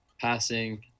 passing